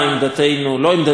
לא מה עמדתנו,